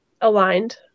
aligned